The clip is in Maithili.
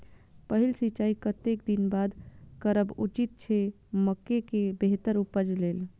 पहिल सिंचाई कतेक दिन बाद करब उचित छे मके के बेहतर उपज लेल?